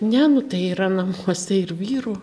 ne nu tai yra namuose ir vyrų